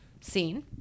scene